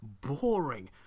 boring